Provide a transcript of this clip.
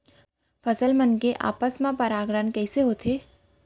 फसल मन के आपस मा परागण कइसे होथे?